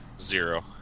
Zero